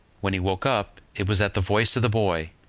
when he woke up, it was at the voice of the boy,